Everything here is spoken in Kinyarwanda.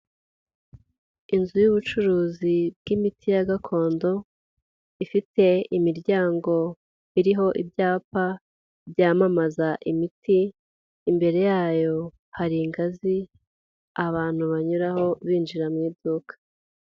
Inzu y'ubucuruzi bw'imiti ya gakondo, ifite imiryango iriho ibyapa byamamaza imiti, imbere yayo hari ingazi, abantu banyuraho binjira mu iduka.